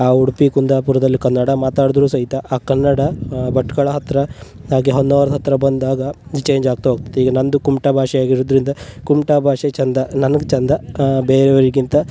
ಆ ಉಡುಪಿ ಕುಂದಾಪುರದಲ್ಲಿ ಕನ್ನಡ ಮಾತಾಡಿದ್ರೂ ಸಹಿತ ಆ ಕನ್ನಡ ಭಟ್ಕಳ ಹತ್ತಿರ ಹಾಗೆ ಹೊನ್ನಾವರ್ದ ಹತ್ತಿರ ಬಂದಾಗ ಚೇಂಜ್ ಆಗ್ತಾ ಹೋಗ್ತದೆ ಈಗ ನನ್ನದು ಕುಮಟಾ ಭಾಷೆ ಆಗಿರೋದರಿಂದ ಕುಮಟಾ ಭಾಷೆ ಚಂದ ನನಗೆ ಚಂದ ಬೇರೆಯವರಿಗಿಂತ